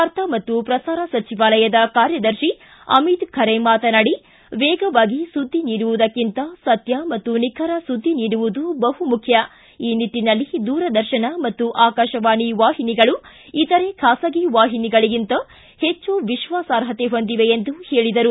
ವಾರ್ತಾ ಮತ್ತು ಪ್ರಸಾರ ಸಚಿವಾಲಯದ ಕಾರ್ಯದರ್ಶಿ ಅಮಿತ್ ಖರೆ ಮಾತನಾಡಿ ವೇಗವಾಗಿ ಸುದ್ದಿ ನೀಡುವುದಕ್ಕಿಂತ ಸತ್ಯ ಮತ್ತು ನಿಖರ ಸುದ್ದಿ ನೀಡುವುದು ಬಹು ಮುಖ್ಯ ಈ ನಿಟ್ಟಿನಲ್ಲಿ ದೂರದರ್ಶನ ಮತ್ತು ಆಕಾಶವಾಣಿ ವಾಹಿನಿಗಳು ಇತರೆ ಖಾಸಗಿ ವಾಹಿನಿಗಳಿಗಿಂತ ಹೆಚ್ಚು ವಿಶ್ವಾಸಾರ್ಹತೆ ಹೊಂದಿವೆ ಎಂದರು